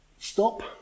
stop